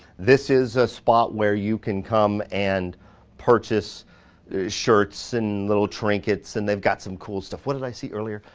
this is a spot where you can come and purchase shirts and little trinkets and they've got some cool stuff. what did i see earlier?